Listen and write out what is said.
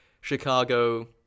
Chicago